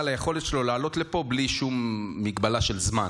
היכולת שלו לעלות לפה בלי שום הגבלה של זמן,